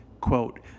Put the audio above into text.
Quote